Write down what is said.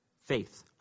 faith